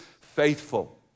faithful